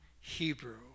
Hebrew